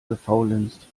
gefaulenzt